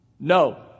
No